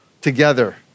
together